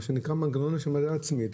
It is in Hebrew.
מה שנקרא מנגנון השמדה עצמית.